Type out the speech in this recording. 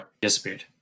Disappeared